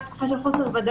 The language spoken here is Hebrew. זו תקופה של חוסר ודאות,